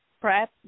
prep